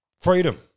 freedom